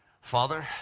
Father